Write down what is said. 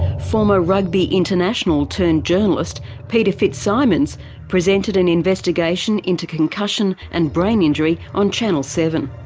former rugby international turned journalist peter fitzsimons presented an investigation into concussion and brain injury on chanel seven.